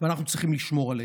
ואנחנו צריכים לשמור עליהם.